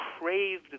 craved